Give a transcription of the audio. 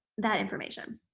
that information.